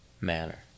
manner